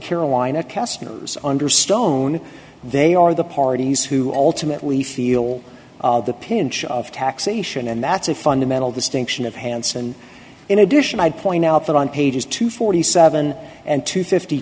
carolina castillo's under stone they are the parties who ultimately feel the pinch of taxation and that's a fundamental distinction of hansen in addition i point out that on pages two forty seven and two fifty